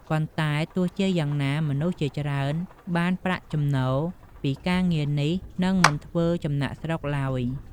ប៉ុន្តែទោះជាយ៉ាងណា មនុស្សជាច្រើនបានប្រាក់ចំណូលពីការងារនេះ នឹងមិនធ្វើចំណាកស្រុកឡើយ។